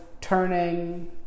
turning